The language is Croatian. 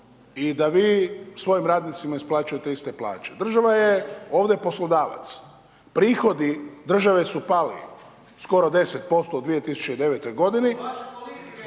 i da vi svojim radnicima isplaćujete iste plaće. Država je ovdje poslodavac. Prihodi države su pali skoro 10% u 2009. g.